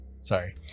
sorry